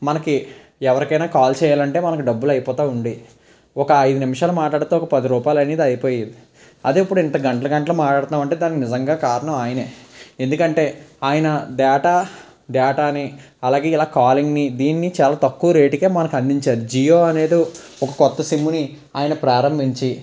మనకి ఎవరికైనా కాల్ చేయాలంటే మనకు డబ్బులు అయిపోతా ఉండేవి ఒక ఐదు నిమిషాలు మాట్లాడితే ఒక పది రూపాయలు అనేది అయిపోయేది అదే ఇప్పుడు గంటలు గంటలు మాట్లాడుతున్నాం అంటే దానికి నిజంగా కారణం ఆయనే ఎందుకంటే ఆయన డేటా డేటాని అలాగే ఇలా కాలింగ్ని దీన్ని చాలా తక్కువ రేటుకే మనకు అందించారు జియో అనే ఒక కొత్త సిమ్ని ఆయన ప్రారంభించి